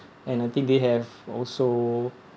and I think they have also